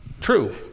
True